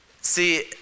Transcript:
See